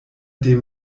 dem